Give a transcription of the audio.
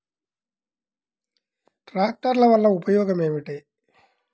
ట్రాక్టర్ల వల్ల ఉపయోగం ఏమిటీ?